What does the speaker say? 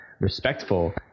respectful